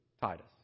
Titus